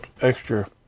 extra